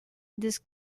this